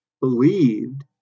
believed